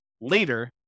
later